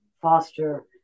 foster